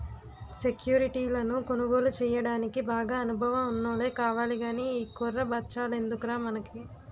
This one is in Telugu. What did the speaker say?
సెక్యురిటీలను కొనుగోలు చెయ్యడానికి బాగా అనుభవం ఉన్నోల్లే కావాలి గానీ ఈ కుర్ర బచ్చాలెందుకురా మనకి